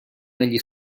negli